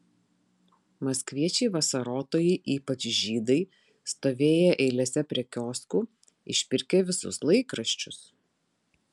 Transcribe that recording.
maskviečiai vasarotojai ypač žydai stovėję eilėse prie kioskų išpirkę visus laikraščius